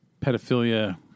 pedophilia